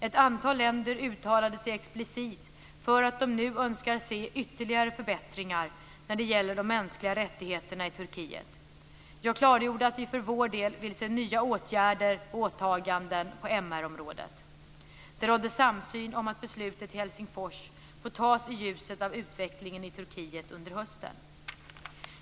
Ett antal länder uttalade sig explicit för att de nu önskar se ytterligare förbättringar när det gäller de mänskliga rättigheterna i Turkiet. Jag klargjorde att vi för vår del vill se nya åtaganden på MR-området. Det rådde samsyn om att beslutet i Helsingfors får fattas i ljuset av utvecklingen i Turkiet under hösten.